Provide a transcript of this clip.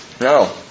No